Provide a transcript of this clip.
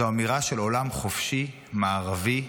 זו אמירה של עולם חופשי, מערבי,